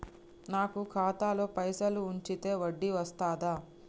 నాకు ఖాతాలో పైసలు ఉంచితే వడ్డీ వస్తదా?